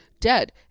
dead